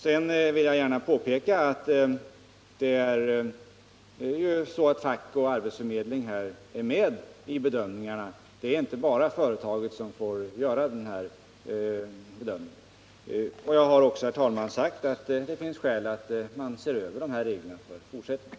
Sedan vill jag gärna påpeka att fack och arbetsförmedling ju är med i bedömningarna. Det är inte bara företaget som får göra dem. Jag har också, herr talman, sagt att det finns skäl att se över de här reglerna i fortsättningen.